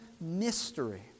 mystery